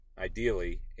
ideally